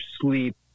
sleep